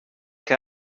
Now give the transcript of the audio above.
que